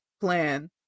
plan